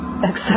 accept